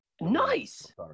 Nice